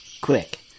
quick